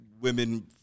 women